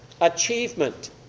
Achievement